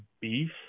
beef